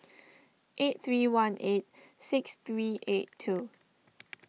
eight three one eight six three eight two